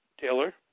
Taylor